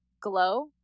glow